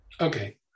Okay